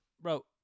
Bro